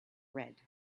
red